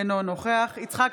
אינו נוכח יצחק